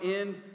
end